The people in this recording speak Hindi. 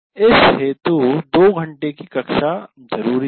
इस हेतु 2 घंटे की कक्षा जरूरी है